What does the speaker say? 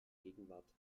gegenwart